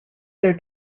their